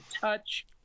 touch